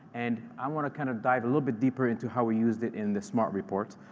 and i want to kind of dive a little bit deeper into how we used it in the smart report.